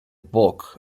book